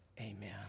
Amen